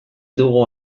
dugu